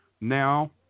Now